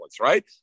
right